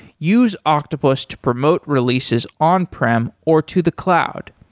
use octopus to promote releases on prem or to the cloud.